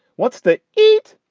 what's the eat.